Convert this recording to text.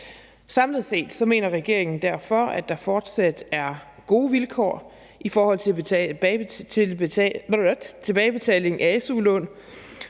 Samlet set mener regeringen derfor, at der fortsat er gode vilkår i forhold til tilbagebetaling af su-lån